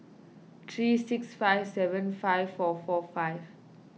three six five seven five four four five